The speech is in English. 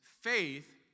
faith